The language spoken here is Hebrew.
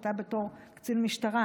אתה בתור קצין משטרה